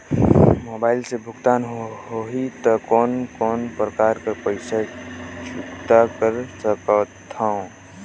Mobile से भुगतान होहि त कोन कोन प्रकार कर पईसा चुकता कर सकथव?